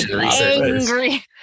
Angry